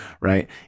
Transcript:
Right